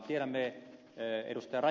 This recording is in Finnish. tiedämme ed